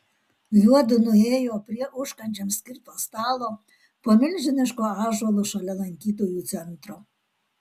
juodu nuėjo prie užkandžiams skirto stalo po milžinišku ąžuolu šalia lankytojų centro